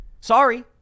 Sorry